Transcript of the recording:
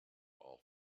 all